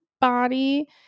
body